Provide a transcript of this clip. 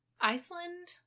Iceland